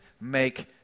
make